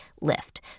lift